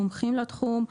מומחים לתחום,